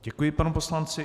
Děkuji panu poslanci.